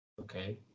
Okay